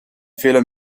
fehler